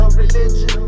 religion